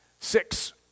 Six